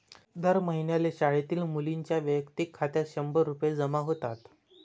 दर महिन्याला शाळेतील मुलींच्या वैयक्तिक खात्यात शंभर रुपये जमा होतात